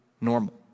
normal